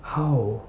how